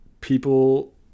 people